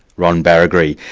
ron baragry,